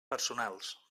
personals